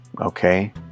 okay